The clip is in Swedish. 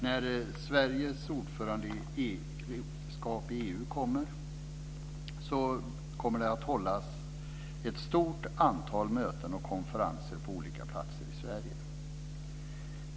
När Sverige har ordförandeskapet i EU kommer det att hållas ett stort antal möten och konferenser på olika platser i Sverige.